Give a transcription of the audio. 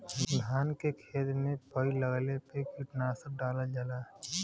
धान के खेत में पई लगले पे कीटनाशक डालल जाला